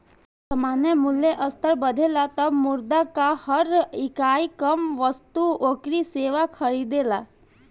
जब सामान्य मूल्य स्तर बढ़ेला तब मुद्रा कअ हर इकाई कम वस्तु अउरी सेवा खरीदेला